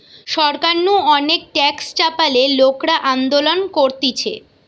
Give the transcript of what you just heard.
সরকার নু অনেক ট্যাক্স চাপালে লোকরা আন্দোলন করতিছে